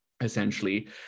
essentially